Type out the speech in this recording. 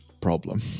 problem